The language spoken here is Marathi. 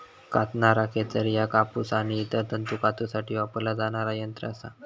कातणारा खेचर ह्या कापूस आणि इतर तंतू कातूसाठी वापरला जाणारा यंत्र असा